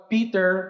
Peter